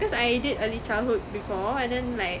cause I did early childhood before and then like